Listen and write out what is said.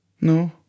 No